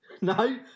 No